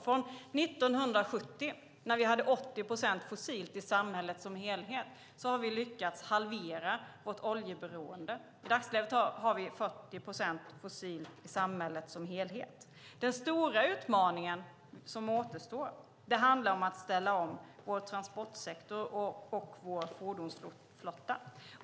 Från 1970, när vi hade 80 procent fossilt i samhället som helhet, har vi lyckats halvera vårt oljeberoende. I dagsläget har vi 40 procent fossilt i samhället som helhet. Den stora utmaning som återstår handlar om att ställa om vår transportsektor och vår fordonsflotta.